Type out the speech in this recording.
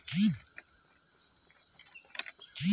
একটি আদর্শ কৃষি জমিতে কত পরিমাণ জৈব সার থাকা দরকার?